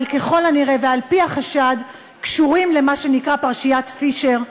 אבל ככל הנראה ועל-פי החשד קשורים למה שנקרא פרשיית פישר,